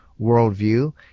worldview